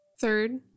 Third